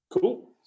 Cool